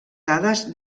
dades